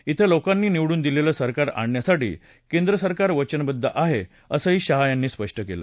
इथ लोकांनी निवडून दिलेलं सरकार आणण्यासाठी केंद्र सरकार वचनबद्ध आहे असंही शहा यांनी स्पष्ट केलं